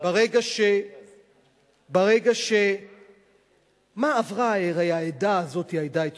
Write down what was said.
מה עברה העדה הזאת, העדה האתיופית?